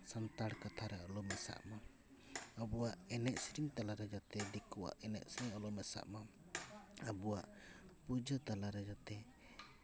ᱥᱟᱱᱛᱟᱲ ᱠᱟᱛᱷᱟ ᱨᱮ ᱟᱞᱚ ᱢᱮᱥᱟᱜ ᱢᱟ ᱟᱵᱚᱣᱟᱜ ᱮᱱᱮᱡ ᱥᱮᱨᱮᱧ ᱛᱟᱞᱟᱛᱮ ᱡᱟᱛᱮ ᱫᱤᱠᱩᱣᱟᱜ ᱮᱱᱮᱡ ᱥᱮᱨᱮᱧ ᱟᱞᱚ ᱢᱮᱥᱟᱜ ᱢᱟ ᱟᱵᱚᱣᱟᱜ ᱯᱩᱡᱟᱹ ᱛᱟᱞᱟ ᱨᱮ ᱡᱟᱛᱮ